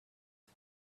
and